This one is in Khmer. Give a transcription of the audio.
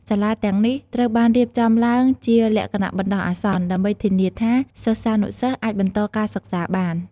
សាលាទាំងនេះត្រូវបានរៀបចំឡើងជាលក្ខណៈបណ្តោះអាសន្ន ដើម្បីធានាថាសិស្សានុសិស្សអាចបន្តការសិក្សាបាន។